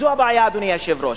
וזו הבעיה, אדוני היושב-ראש.